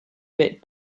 bit